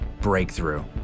Breakthrough